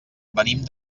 venim